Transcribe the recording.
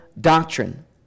doctrine